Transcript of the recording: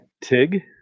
TIG